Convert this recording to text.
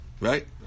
right